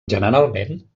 generalment